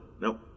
nope